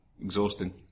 Exhausting